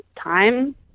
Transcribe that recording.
time